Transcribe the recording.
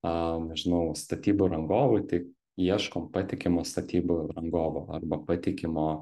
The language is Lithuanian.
a nežinau statybų rangovui tai ieškom patikimo statybų rangovo arba patikimo